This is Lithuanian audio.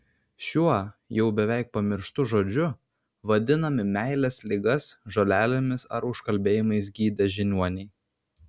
šiuo jau beveik pamirštu žodžiu vadinami meilės ligas žolelėmis ar užkalbėjimais gydę žiniuoniai